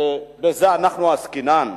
שבזה עסקינן.